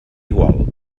igual